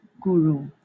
guru